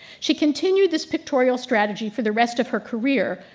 she continued this pictorial strategy for the rest of her career,